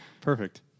Perfect